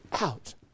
out